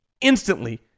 instantly